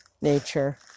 nature